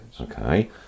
Okay